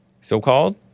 so-called